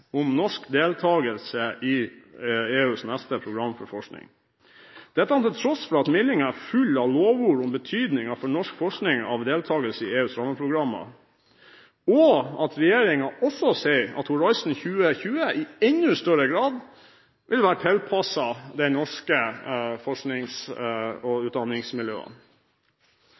om norsk deltakelse i EUs neste program for forskning, dette til tross for at meldingen er full av lovord om betydningen for norsk forskning av deltakelse i EUs rammeprogrammer. Regjeringen sier også at Horizon 2020 i enda større grad vil være tilpasset de norske forsknings- og utdanningsmiljøene.